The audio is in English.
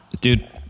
dude